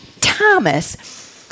Thomas